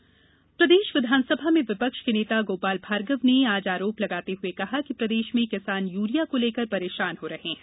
गोपाल भार्गव प्रदेश विधानसभा में विपक्ष के नेता गोपाल भार्गव ने आज आरोप लगाते हुए कहा कि प्रदेश में किसान यूरिया को लेकर परेशान हो रहे हैं